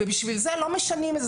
לכן לא משנים את זה.